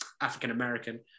african-american